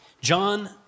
John